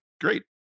great